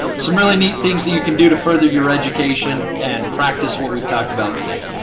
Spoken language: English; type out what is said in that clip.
some really neat things that you can do to further your education and practice what we've talked about today.